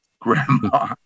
Grandma